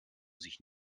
sich